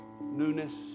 newness